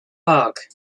park